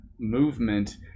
movement